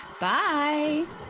bye